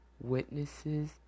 witnesses